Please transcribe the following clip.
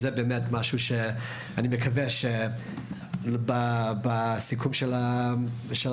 הוא באמת משהו שאני מקווה שיהיה בסיכום של הישיבה.